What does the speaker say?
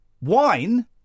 Wine